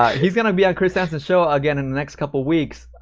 he's gonna be on chris hansen's show again in the next couple weeks